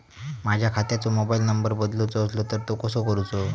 माझ्या खात्याचो mobile number बदलुचो असलो तर तो कसो करूचो?